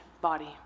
body